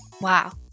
wow